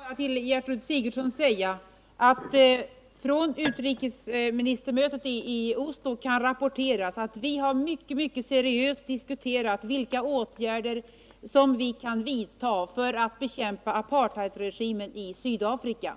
Herr talman! Jag vill bara tala om för Gertrud Sigurdsen att det från utrikesministermötet i Oslo kan rapporteras att vi mycket seriöst har diskuterat vilka åtgärder som kan vidtas för att bekämpa apartheidregimen i Sydafrika.